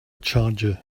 charger